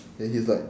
then he was like